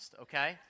okay